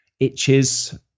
itches